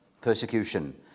persecution